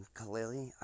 clearly